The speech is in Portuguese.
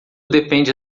depende